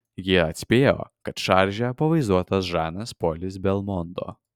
jie atspėjo kad šarže pavaizduotas žanas polis belmondo